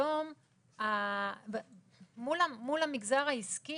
היום מול המגזר העסקי